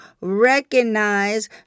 recognize